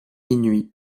inuits